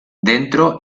dentro